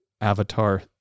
Avatar